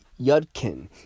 Yudkin